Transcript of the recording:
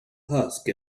husk